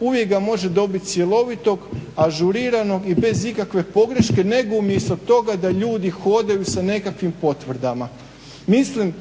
Uvijek ga može dobiti cjelovitog, ažuriranog i bez ikakve pogreške, nego umjesto toga da ljudi hodaju sa nekim potvrdama. Mislim